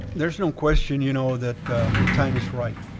there's no question, you know, that the time is right.